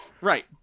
right